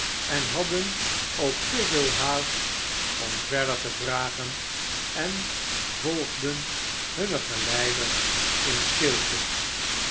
en hadden ook te veel haast om verder te vragen en volgden hunne geleiders in stilte